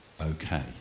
okay